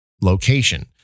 location